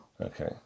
Okay